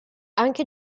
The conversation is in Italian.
anche